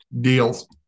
Deals